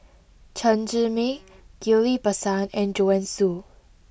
Chen Zhiming Ghillie Basan and Joanne Soo